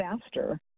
faster